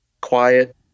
quiet